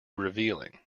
revealing